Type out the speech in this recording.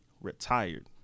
retired